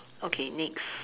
okay next